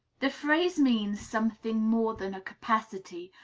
the phrase means something more than a capacity,